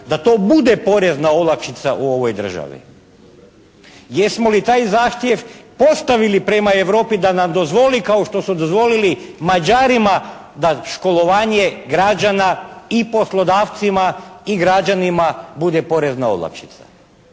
da to bude porezna olakšica u ovoj državi. Jesmo li taj zahtjev postavili prema Europi da nam dozvoli kao što smo dozvolili Mađarima da školovanje građana i poslodavcima i građanima bude porezna olakšica.